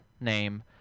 name